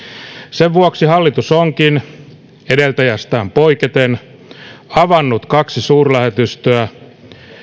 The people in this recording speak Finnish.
sen vuoksi hallitus onkin edeltäjästään poiketen avannut kaksi suurlähetystöä